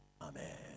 amen